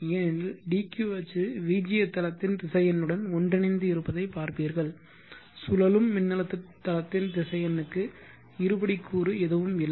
ஏனெனில் dq அச்சு vg தளத்தின் திசையனுடன் ஒன்றிணைந்து இருப்பதை பார்ப்பீர்கள் சுழலும் மின்னழுத்த தளத்தின் திசை எண்ணுக்கு இருபடி கூறு எதுவும் இல்லை